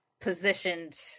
positioned